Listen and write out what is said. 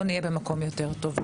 לא נהיה במקום יותר טוב.